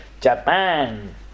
Japan